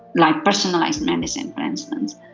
like personalised medicine for instance,